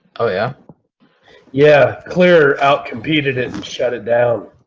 oh yeah yeah clear out competed it and shut it down